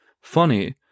Funny